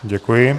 Děkuji.